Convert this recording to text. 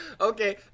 Okay